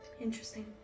Interesting